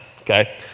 Okay